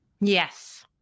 Yes